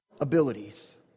abilities